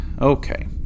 okay